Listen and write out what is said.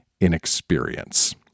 inexperience